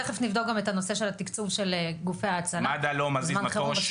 אנחנו תיכף נבדוק גם את הנושא של התקצוב של גופי ההצלה בזמן חירום,